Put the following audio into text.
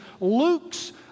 Luke's